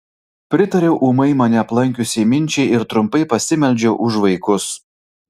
pritariau ūmai mane aplankiusiai minčiai ir trumpai pasimeldžiau už vaikus